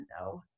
no